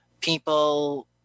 people